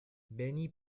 benny